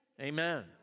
Amen